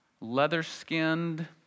leather-skinned